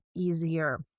easier